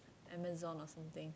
Amazon or something